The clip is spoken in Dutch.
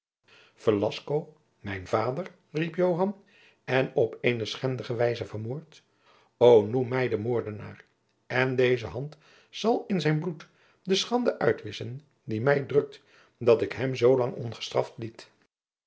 mijn vader riep joan en op eene schendige wijze vermoord o noem mij den moordenaar en deze hand zal in zijn bloed de schande jacob van lennep de pleegzoon uitwisschen die mij drukt dat ik hem zoolang ongestraft liet